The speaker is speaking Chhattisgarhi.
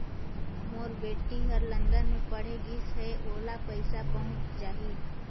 मोर बेटी हर लंदन मे पढ़े गिस हय, ओला पइसा पहुंच जाहि?